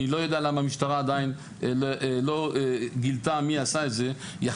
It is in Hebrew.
לא יודע למה המשטרה עדיין לא גילתה מי עשה את זה,